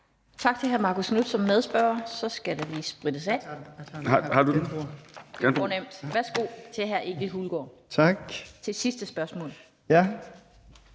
Tak til hr. Marcus Knuth som medspørger. Så skal der lige sprittes af. Værsgo til hr. Egil Hulgaard for et sidste spørgsmål. Kl.